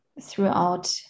throughout